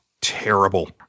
terrible